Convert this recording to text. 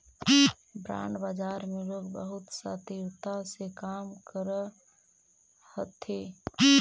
bond बाजार में लोग बहुत शातिरता से काम करऽ हथी